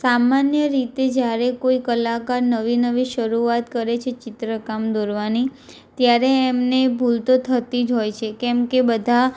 સામાન્ય રીતે જ્યારે કોઈ કલાકાર નવી નવી શરૂઆત કરે છે ચિત્રકામ દોરવાની ત્યારે એમને ભૂલ તો થતી જ હોય છે કેમકે બધા